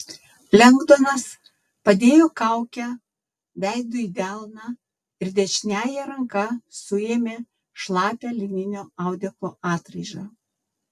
lengdonas padėjo kaukę veidu į delną ir dešiniąja ranka suėmė šlapią lininio audeklo atraižą